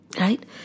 Right